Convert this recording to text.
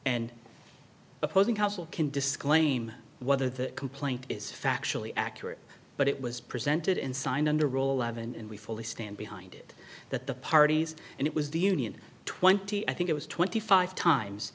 and opposing counsel can disclaim whether the complaint is factually accurate but it was presented and signed on the roll of and we fully stand behind it that the parties and it was the union twenty i think it was twenty five times